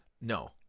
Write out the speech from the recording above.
No